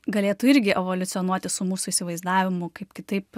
galėtų irgi evoliucionuoti su mūsų įsivaizdavimu kaip kitaip